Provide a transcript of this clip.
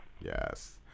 Yes